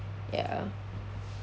ya